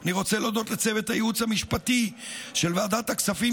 אני רוצה להודות לצוות הייעוץ המשפטי של ועדת הכספים,